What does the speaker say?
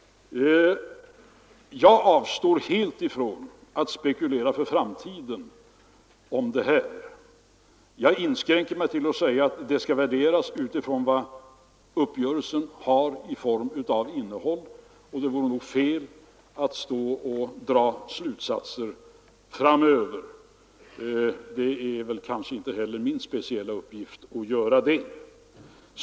Jag avstår helt från att spekulera för framtiden om detta. Jag inskränker mig till att säga att uppgörelsen skall värderas med utgångspunkt i det innehåll den har. Det vore felaktigt att dra några slutsatser för framtiden. Det är kanske inte heller min uppgift att göra det.